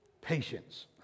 patience